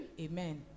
Amen